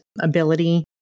ability